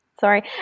Sorry